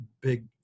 big